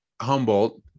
humboldt